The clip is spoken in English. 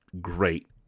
great